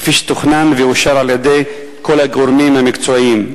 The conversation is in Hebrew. כפי שתוכנן ואושר על-ידי כל הגורמים המקצועיים.